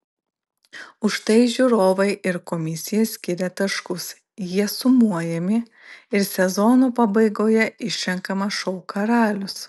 už tai žiūrovai ir komisija skiria taškus jie sumojami ir sezono pabaigoje išrenkamas šou karalius